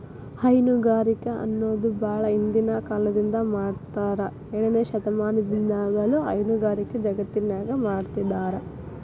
ಹೈನುಗಾರಿಕೆ ಅನ್ನೋದು ಬಾಳ ಹಿಂದಿನ ಕಾಲದಿಂದ ಮಾಡಾತ್ತಾರ ಏಳನೇ ಶತಮಾನದಾಗಿನಿಂದನೂ ಹೈನುಗಾರಿಕೆ ಜಗತ್ತಿನ್ಯಾಗ ಮಾಡ್ತಿದಾರ